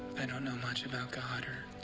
i don't know much about god or